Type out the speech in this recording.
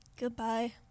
goodbye